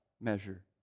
measure